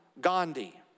Gandhi